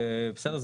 בסדר?